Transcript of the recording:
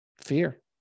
fear